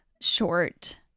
short